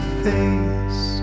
face